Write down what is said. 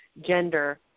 gender